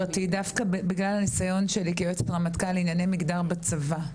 דווקא בגלל הניסיון שלי כיועצת רמטכ"ל לענייני מגדר בצבא,